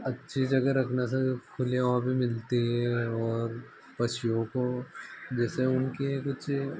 अच्छी जगह रखने से खुली हवा भी मिलती है और पक्षियों को जैसे उनके कुछ